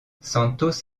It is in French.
santos